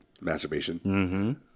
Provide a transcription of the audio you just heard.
Masturbation